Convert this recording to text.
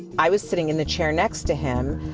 i was sitting in the chair next to him.